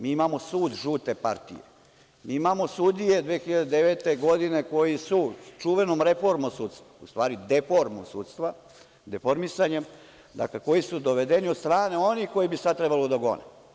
Mi imamo sud žute partije, mi imamo sudije 2009. godine koji su čuvenom reformom sudstva, u stvari deformu sudstva, deformisanjem, dakle koji su dovedeni od strane onih koje bi sada trebalo da gone.